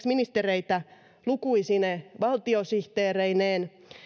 ministereitä lukuisine valtiosihteereineen